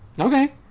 okay